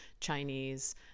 Chinese